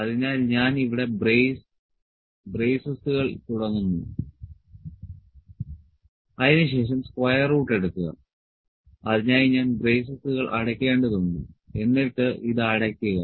അതിനാൽ ഞാൻ ഇവിടെ ബ്രേസസുകൾ തുടങ്ങുന്നു അതിനുശേഷം സ്ക്വയർ റൂട്ട് എടുക്കുക അതിനായി ഞാൻ ബ്രേസസുകൾ അടയ്ക്കേണ്ടതുണ്ട് എന്നിട്ട് ഇത് അടയ്ക്കുക